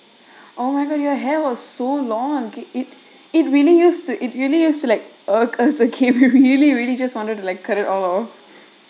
oh my god your hair was so long it it really used to it really used to like arch as a cave who really really just want to cut it all off